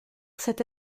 cette